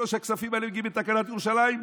כשהכספים האלה היו מגיעים לתקנת ירושלים?